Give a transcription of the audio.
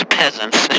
peasants